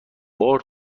بار